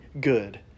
good